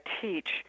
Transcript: teach